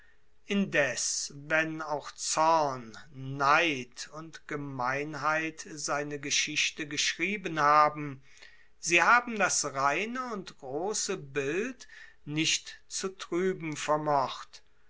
indes wenn auch zorn neid und gemeinheit seine geschichte geschrieben haben sie haben das reine und grosse bild nicht zu trueben vermocht